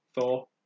Thor